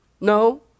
No